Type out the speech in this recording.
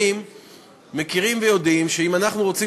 כאזרחים מכירים ויודעים שאם אנחנו רוצים